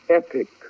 epic